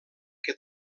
que